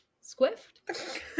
Swift